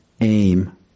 aim